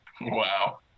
wow